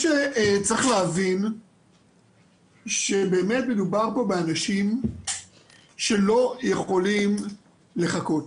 צריך להבין שמדובר פה באנשים שלא יכולים לחכות.